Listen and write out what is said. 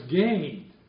gained